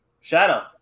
Shadow